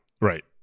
Right